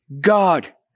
God